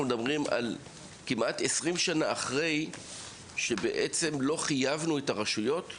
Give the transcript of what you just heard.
אנחנו מדברים על כמעט 20 שנה אחרי שבהן לא חייבנו את הרשויות?